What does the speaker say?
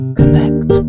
connect